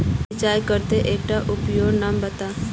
सिंचाईर केते एकटा उपकरनेर नाम बता?